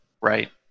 right